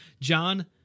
John